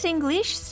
English